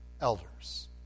elders